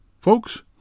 Folks